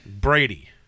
Brady